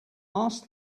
ask